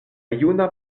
juna